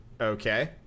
Okay